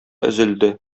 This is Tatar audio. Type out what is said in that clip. өзелде